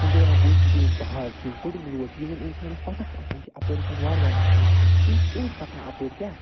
یِم چھِ کران کوٗشِش کہِ یِم پَہاڑ چھِ یِم کُڈٕر روڈ چھِ یِمَن اِنسانَس پَتہ چھِ آسان کہِ اَپٲری ہسا چھُ وارٕ وارٕ مےٚ پَکُن یِم چھِ توتہِ پَکان اَپٲرۍ کیٛاہ